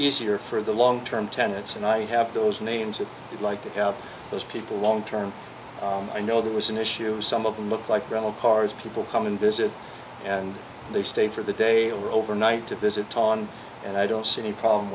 easier for the long term tenants and i have those names would like to have those people long term i know that was an issue some of them look like real cars people come and visit and they stay for the day or overnight to visit taun and i don't see any problem